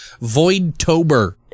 Voidtober